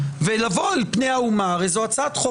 לבוא אל פני האומה הרי זאת הצעת חוק